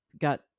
got